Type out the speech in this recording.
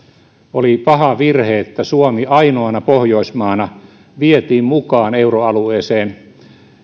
oli paha virhe että suomi ainoana pohjoismaana vietiin mukaan euroalueeseen